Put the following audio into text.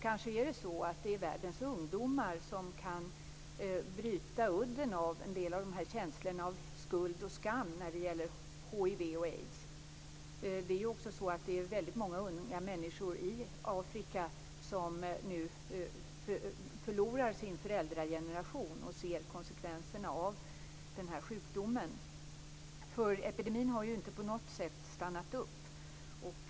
Kanske är det världens ungdomar som kan bryta udden av en del av känslorna av skuld och skam när det gäller hiv och aids. Det är också väldigt många unga människor i Afrika som nu förlorar sin föräldrageneration och ser konsekvenserna av sjukdomen. För epidemin har inte på något sätt stannat upp.